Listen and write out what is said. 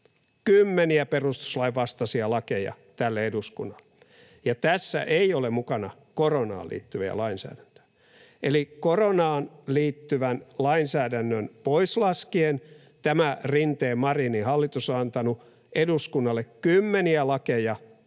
kymmeniä — perustuslain vastaisia lakeja tälle eduskunnalle, ja tässä ei ole mukana koronaan liittyvää lainsäädäntöä. Eli koronaan liittyvän lainsäädännön pois laskien tämä Rinteen—Marinin hallitus on antanut eduskunnalle kymmeniä lakeja,